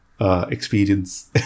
experience